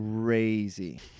crazy